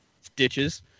stitches